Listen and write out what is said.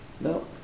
No